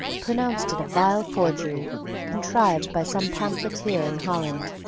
pronounced it a vile forgery contrived by some pamphleteer in holland.